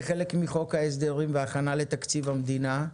כחלק מחוק ההסדרים והכנה לתקציב המדינה.